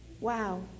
Wow